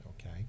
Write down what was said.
okay